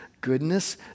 goodness